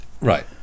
Right